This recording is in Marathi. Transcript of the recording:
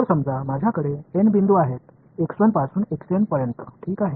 तर समजा माझ्याकडे n बिंदू आहेत पासून पर्यंत ठीक आहे